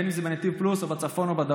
בין אם זה ב"נתיב פלוס" או בצפון או בדרום.